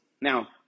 Now